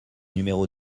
numéro